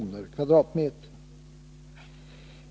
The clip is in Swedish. per m?.